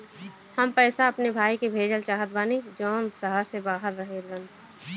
हम पैसा अपने भाई के भेजल चाहत बानी जौन शहर से बाहर रहेलन